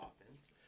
offense